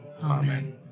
Amen